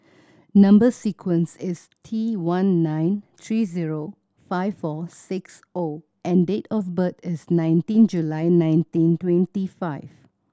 number sequence is T one nine three zero five four six O and date of birth is nineteen July nineteen twenty five